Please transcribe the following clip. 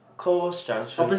cross junction